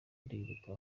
ariruka